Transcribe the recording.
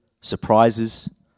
surprises